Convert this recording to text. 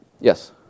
Yes